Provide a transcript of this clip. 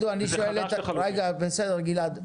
בסדר גלעד,